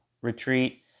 retreat